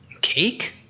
Cake